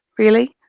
really.